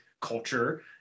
culture